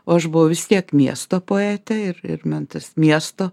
o aš buvau vis tiek miesto poetė ir ir man tas miesto